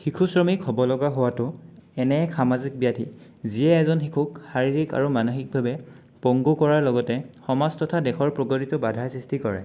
শিশু শ্ৰমিক হ'ব লগা হোৱাতো এনে এক সামাজিক ব্যাধি যিয়ে এজন শিশুক শাৰীৰিক আৰু মানসিকভাৱে পংগু কৰাৰ লগতে সমাজ তথা দেশৰ প্ৰগতিটো বাধাৰ সৃষ্টি কৰে